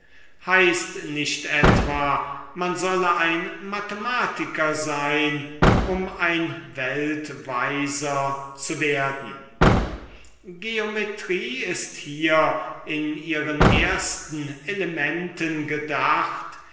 heißt nicht etwa man solle ein mathematiker sein um ein weltweiser zu werden geometrie ist hier in ihren ersten elementen gedacht